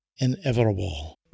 inevitable